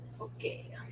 Okay